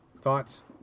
thoughts